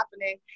happening